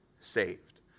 saved